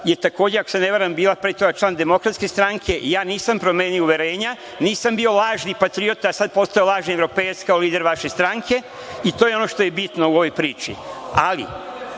takođe, ako se ne varam, bila pre toga član DS. Ja nisam promenio uverenja, nisam bio lažni patriota, a sad postao lažni evropejac kao lider vaše stranke i to je ono što je bitno u ovoj priči. Ali,